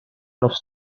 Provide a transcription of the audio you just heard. los